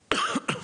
שקל.